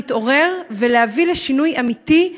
להתעורר ולהביא לשינוי אמיתי,